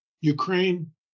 Ukraine